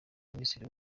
minisitiri